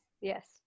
yes